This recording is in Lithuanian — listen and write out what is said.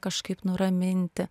kažkaip nuraminti